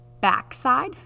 backside